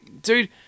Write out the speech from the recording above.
Dude